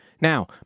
Now